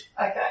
Okay